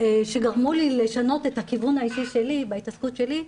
גרמו לי לשנות את הכיוון האישי שלי בהתעסקות שלי,